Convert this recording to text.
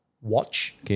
watch